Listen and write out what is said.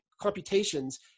computations